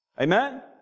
Amen